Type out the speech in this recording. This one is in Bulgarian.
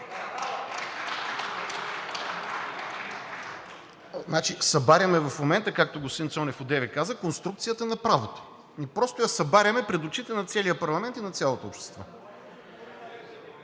Събаряме в момента, както господин Цонев одеве каза, конструкцията на правото. Просто я събаряме пред очите на целия парламент и на цялото общество.